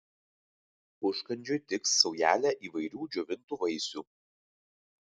užkandžiui tiks saujelė įvairių džiovintų vaisių